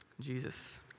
Jesus